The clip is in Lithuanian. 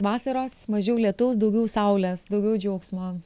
vasaros mažiau lietaus daugiau saulės daugiau džiaugsmo